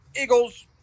Eagles –